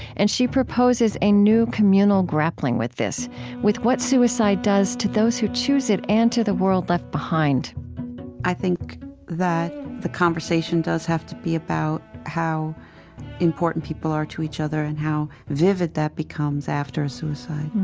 and she proposes a new communal grappling with this with what suicide does to those who choose it and to the world left behind i think that the conversation does have to be about how important people are to each other and how vivid that becomes after a suicide.